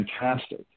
fantastic